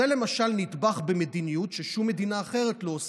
זה, למשל, נדבך במדיניות ששום מדינה אחרת לא עושה,